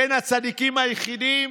בין הצדיקים היחידים